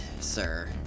sir